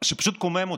שפשוט קומם אותי: